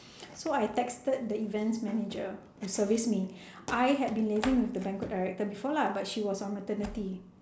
so I texted the events manager who service me I had been liaising with the banquet director before lah but she was on maternity